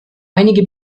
einige